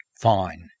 fine